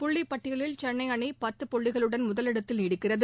புள்ளி பட்டியலில் சென்னை அணி பத்து புள்ளிகளுடன் முதலிடத்தில் நீடிக்கிறது